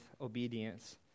obedience